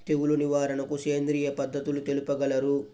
తెగులు నివారణకు సేంద్రియ పద్ధతులు తెలుపగలరు?